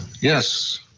Yes